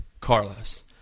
Carlos